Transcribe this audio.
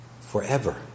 forever